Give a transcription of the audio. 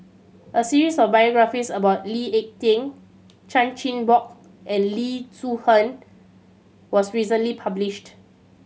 a series of biographies about Lee Ek Tieng Chan Chin Bock and Loo Zihan was recently published